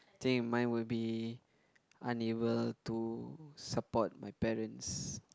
think mine will be unable to support my parents